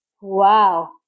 Wow